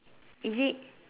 is it